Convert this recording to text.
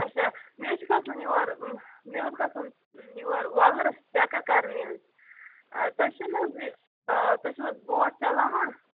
اچھا مےٚ حظ چھِ گژھُن یور مےٚ اوس گژھُن یور وۄلرَس چَکَر کرنہِ حظ تۄہہِ چھُو نہٕ حظ یہِ تُہۍ چھُو حظ بوٹ چلاوان